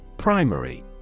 primary